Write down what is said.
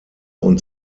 und